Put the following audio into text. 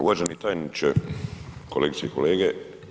Uvaženi tajniče, kolegice i kolege.